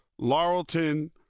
Laurelton